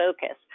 Focus